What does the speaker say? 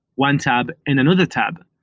one tab and another tab?